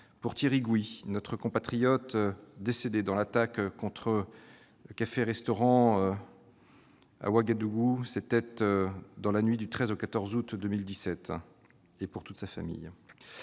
pour Thierry Gouy, notre compatriote décédé dans l'attaque contre un café-restaurant à Ouagadougou, dans la nuit du 13 au 14 août 2017 et pour toute sa famille.